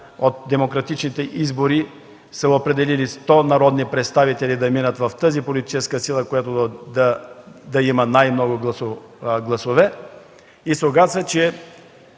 от демократичните избори са определили 100 народни представители да минат в тази политическа сила, която да има най-много гласове и се оказа, че